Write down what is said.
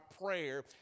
prayer